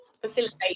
facilitate